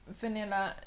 vanilla